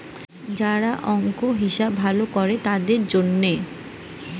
যারা অংক, হিসাব ভালো করে তাদের লিগে